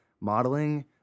modeling